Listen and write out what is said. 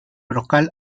brocal